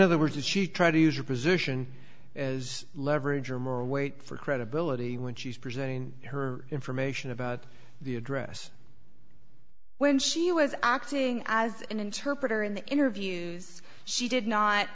other words is she trying to use your position as leverage or more weight for credibility when she's presenting her information about the address when she was acting as an interpreter in the interviews she did not